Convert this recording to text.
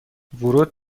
ورود